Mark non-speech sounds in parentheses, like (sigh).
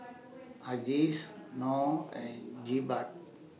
Aziz Noh and Jebat (noise)